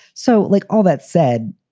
so like all that said,